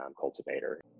cultivator